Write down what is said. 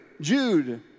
Jude